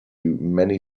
many